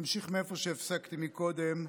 מאיפה שהפסקתי קודם.